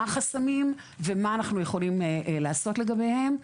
החסמים ומה אנחנו יכולים לעשות לגביהם.